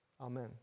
Amen